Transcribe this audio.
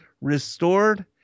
restored